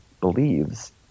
believes